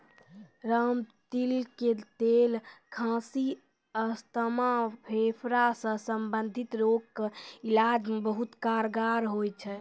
रामतिल के तेल खांसी, अस्थमा, फेफड़ा सॅ संबंधित रोग के इलाज मॅ बहुत कारगर होय छै